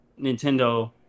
Nintendo